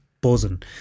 buzzing